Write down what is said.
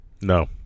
No